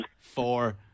Four